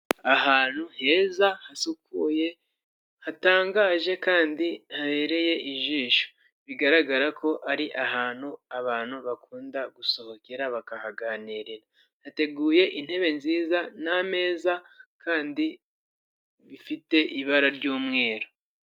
Ahantu heza hasukuye, hatangaje, kandi habereye ijisho. Bigaragara ko ari ahantu abantu bakunda gusohokera, bakahaganirira. Hateguye intebe nziza n'ameza, kandi bifite ibara ry'umweru.